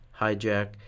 hijack